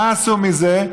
מה עשו מזה?